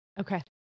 Okay